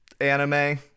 anime